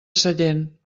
sellent